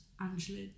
Angela